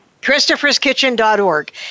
Christopher'skitchen.org